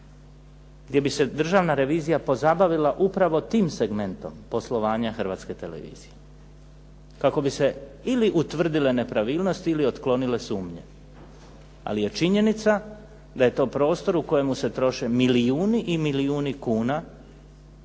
gdje bi se državna revizija pozabavila upravo tim segmentom poslovanja Hrvatske televizije, kako bi se ili utvrdile nepravilnosti ili otklonile sumnje. Ali je činjenica da je to prostor u kojemu se troše milijuni i milijuni kuna,